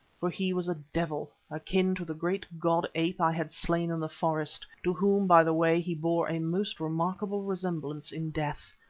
for he was a devil, akin to the great god ape i had slain in the forest, to whom, by the way, he bore a most remarkable resemblance in death.